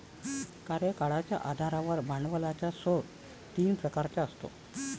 कार्यकाळाच्या आधारावर भांडवलाचा स्रोत तीन प्रकारचा असतो